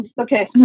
Okay